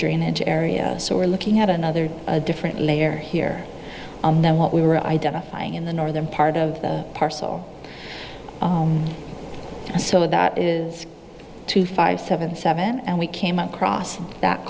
drainage areas so we're looking at another different layer here and then what we were identifying in the northern part of the parcel so that is two five seven seven and we came across that